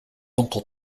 uncle